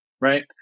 right